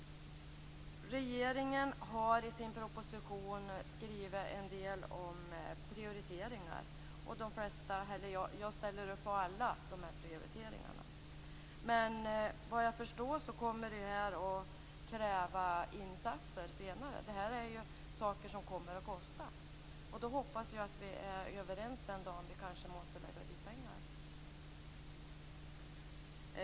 Regeringen har i sin proposition skrivit en del om prioriteringar. Jag ställer upp på alla de prioriteringarna. Men såvitt jag förstår kommer detta att kräva insatser senare. Det är saker som kommer att kosta. Jag hoppas att vi är överens den dag vi kanske måste lägga dit pengar.